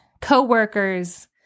Co-workers